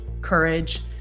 courage